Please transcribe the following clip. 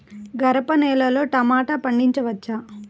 గరపనేలలో టమాటా పండించవచ్చా?